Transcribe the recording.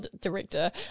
director